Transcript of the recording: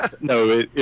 no